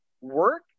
work